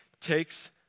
takes